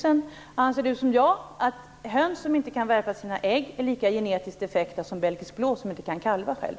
Anser Annika Åhnberg som jag att höns som inte kan värpa sina ägg är lika genetiskt defekta som belgisk blå som inte kan kalva själv?